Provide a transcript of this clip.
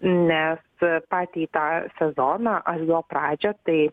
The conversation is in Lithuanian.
nes patį tą sezoną ar jo pradžią tai